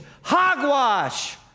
Hogwash